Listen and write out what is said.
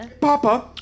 Papa